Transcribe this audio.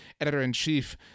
editor-in-chief